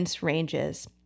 Ranges